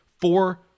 Four